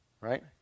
right